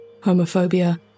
homophobia